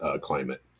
climate